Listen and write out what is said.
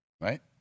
Right